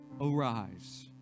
arise